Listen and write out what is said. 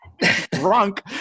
drunk